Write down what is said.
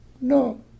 no